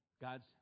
God's